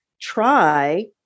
try